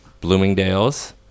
Bloomingdale's